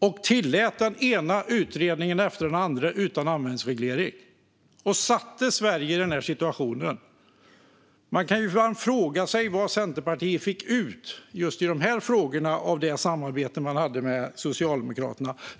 som tillät den ena utredningen efter den andra utan användningsreglering. Man satte Sverige i denna situation. Man kan fråga sig vad Centerpartiet fick ut just i dessa frågor av samarbetet med Socialdemokraterna.